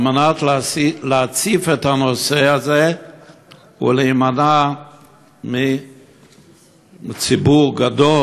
על מנת להציף את הנושא הזה ולהימנע מלפגוע בציבור גדול